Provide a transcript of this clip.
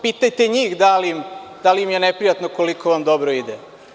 Pitajte njih – da li im je neprijatno koliko vam dobro ide.